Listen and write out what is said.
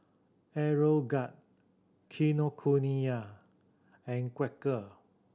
Aeroguard Kinokuniya and Quaker